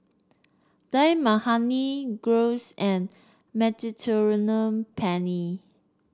Dal Makhani Gyros and Mediterranean Penne